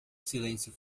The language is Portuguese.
silêncio